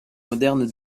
moderne